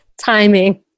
timing